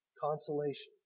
Consolation